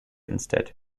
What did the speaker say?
instead